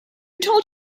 told